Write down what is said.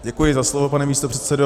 Děkuji za slovo, pane místopředsedo.